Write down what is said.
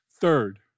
Third